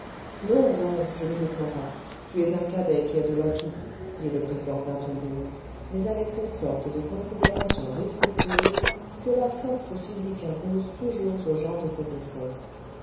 non non je ne me plains pas tu es un cadet qui a de l'atout dit le brigand d'un ton bourru mais avec cette sorte de considération respectueuse que la force physique impose toujours aux gens de cette espèce